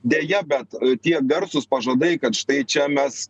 deja bet tie garsūs pažadai kad štai čia mes